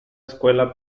escuela